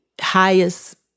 highest